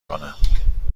کنم